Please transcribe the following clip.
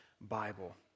Bible